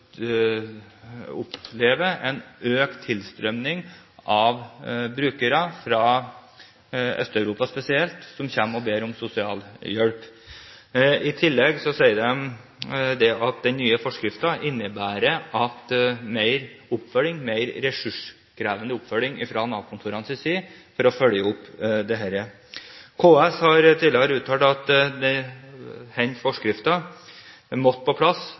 opplever en økt tilstrømning av brukere, spesielt fra Øst-Europa, som kommer og ber om sosialhjelp. I tillegg sier de at den nye forskriften innebærer mer oppfølging, mer ressurskrevende oppfølging, fra Nav-kontorenes side for å følge opp dette. KS har tidligere uttalt at denne forskriften måtte på plass,